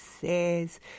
says